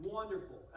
Wonderful